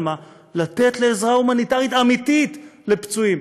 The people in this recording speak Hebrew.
מה לתת לעזרה הומניטרית אמיתית לפצועים.